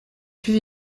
plus